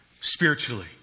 spiritually